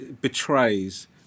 betrays